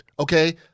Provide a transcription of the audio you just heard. Okay